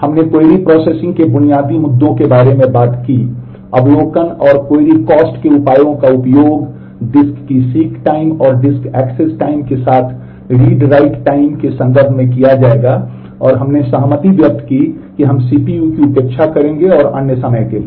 हमने query processing के संदर्भ में किया जाएगा और हमने सहमति व्यक्त की कि हम सीपीयू की उपेक्षा करेंगे और अन्य समय के लिए